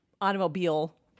automobile